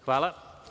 Hvala.